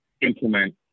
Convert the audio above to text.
implement